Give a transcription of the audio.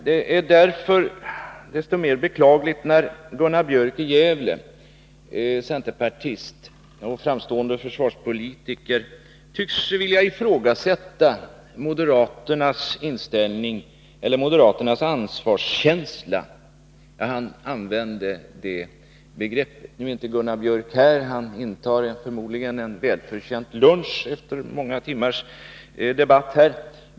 Då är det desto mer beklagligt att Gunnar Björk i Gävle, centerpartist och framstående försvarspolitiker, tycks vilja ifrågasätta moderaternas ansvarskänsla — han använder det begreppet. Nu är inte Gunnar Björk här i kammaren — han intar förmodligen en väl förtjänt lunch efter många timmars debatt.